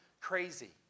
crazy